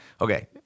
Okay